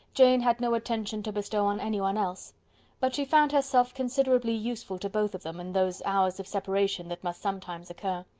jane had no attention to bestow on anyone else but she found herself considerably useful to both of them in those hours of separation that must sometimes occur.